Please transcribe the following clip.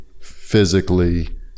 physically